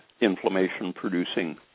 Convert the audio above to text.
inflammation-producing